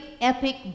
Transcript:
epic